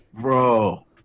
Bro